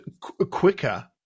quicker